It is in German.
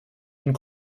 und